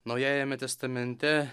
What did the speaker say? naujajame testamente